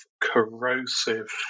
corrosive